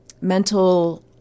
mental